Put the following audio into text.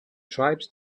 tribes